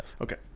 Okay